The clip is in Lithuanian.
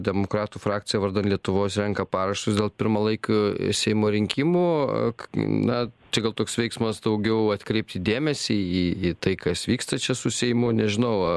demokratų frakcija vardan lietuvos renka parašus dėl pirmalaikių seimo rinkimų ak na čia gal toks veiksmas daugiau atkreipti dėmesį į į tai kas vyksta čia su seimu nežinau